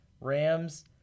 Rams